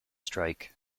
strike